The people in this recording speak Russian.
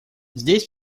здесь